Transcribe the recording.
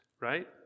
right